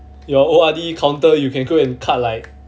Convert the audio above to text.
your O_R_D counter you can go and cut like